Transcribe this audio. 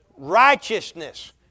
righteousness